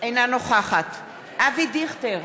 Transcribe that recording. אינה נוכחת אבי דיכטר,